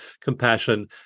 compassion